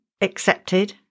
accepted